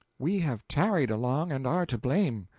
we have tarried along, and are to blame.